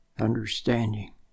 understanding